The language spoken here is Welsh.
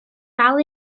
dal